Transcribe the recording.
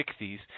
60s